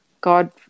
God